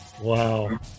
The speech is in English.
Wow